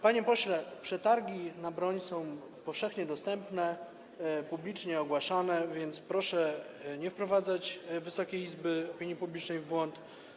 Panie pośle, przetargi na broń są powszechnie dostępne, publicznie ogłaszane, więc proszę nie wprowadzać Wysokiej Izby i opinii publicznej w błąd.